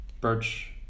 birch